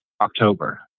October